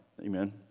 Amen